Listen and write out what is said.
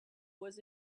was